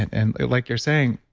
and like you're saying,